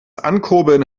ankurbeln